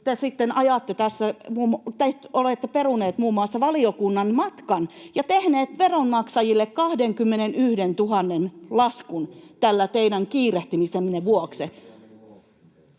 olette peruneet muun muassa valiokunnan matkan ja tehneet veronmaksajille 21 000:n laskun tämän teidän kiirehtimisenne vuoksi.